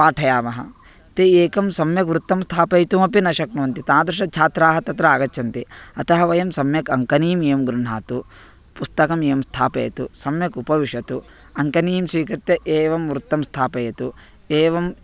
पाठयामः ते एकं सम्यग् वृत्तं स्थापयितुमपि न शक्नुवन्ति तादृश छात्राः तत्र आगच्छन्ति अतः वयं सम्यक् अङ्कनीम् एवं गृण्हातु पुस्तकम् एवं स्थापयतु सम्यक् उपविशतु अङ्कनीं स्वीकृत्य एवं वृत्तं स्थापयतु एवम्